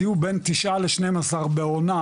היו בין תשעה ל-12 בעונה,